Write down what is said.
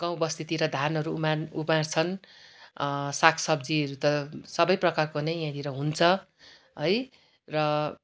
गाउँ बस्तीतिर धानहरू उमार उमार्छन् साग सब्जिहरू त सबै प्रकारको नै यहाँनिर हुन्छ है र